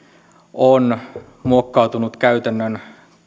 on muokkautunut käytännön